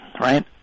right